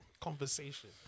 conversation